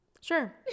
sure